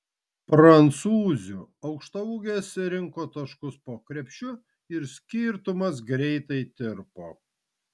prancūzių aukštaūgės rinko taškus po krepšiu ir skirtumas greitai tirpo